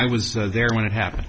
i was there when it happened